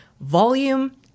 volume